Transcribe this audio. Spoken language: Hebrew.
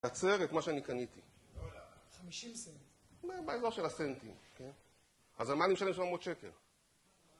יוצר את מה שאני קניתי 50 סנטים באיזור של הסנטים, כן, אז מה אני משלם 700 שקל?